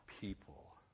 people